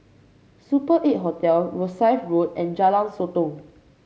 Super Eight Hotel Rosyth Road and Jalan Sotong